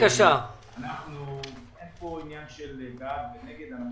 אין כאן עניין של בעד ונגד.